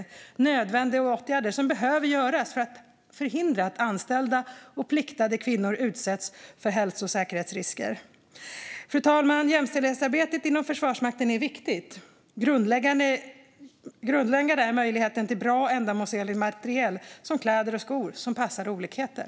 Det är nödvändiga åtgärder som behöver vidtas för att förhindra att anställda och pliktade kvinnor utsätts för hälso och säkerhetsrisker. Fru talman! Jämställdhetsarbetet inom Försvarsmakten är viktigt. Grundläggande är möjligheten till bra och ändamålsenlig materiel som kläder och skor som passar olikheter.